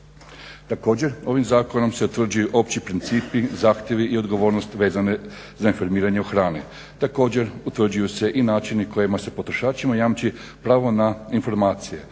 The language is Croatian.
Također, ovim zakonom se utvrđuju opći principi, zahtjevi i odgovornost vezani za informiranje o hrani. Također, utvrđuju se i načini kojima se potrošačima jamči pravo na informacije